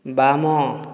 ବାମ